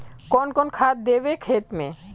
कौन कौन खाद देवे खेत में?